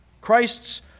Christ's